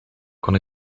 kon